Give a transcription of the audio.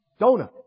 donut